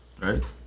right